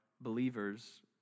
believers